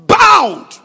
Bound